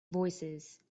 voicesand